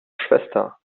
schwester